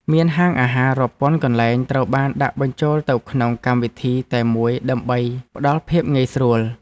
មានហាងអាហាររាប់ពាន់កន្លែងត្រូវបានដាក់បញ្ចូលទៅក្នុងកម្មវិធីតែមួយដើម្បីផ្ដល់ភាពងាយស្រួល។